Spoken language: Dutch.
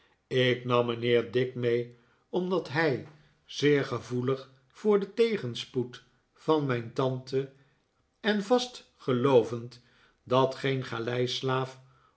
ik nam mijnheer dick mee omdat hij zeer gevoelig voor den tegenspoed van mijn tante en vast geloovend dat geen